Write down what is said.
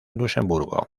luxemburgo